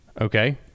Okay